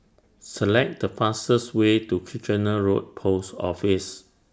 Select The fastest Way to Kitchener Road Post Office